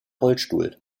rollstuhl